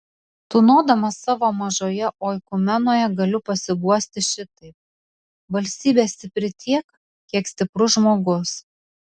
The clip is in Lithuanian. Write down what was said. tūnodamas savo mažoje oikumenoje galiu pasiguosti šitaip valstybė stipri tiek kiek stiprus žmogus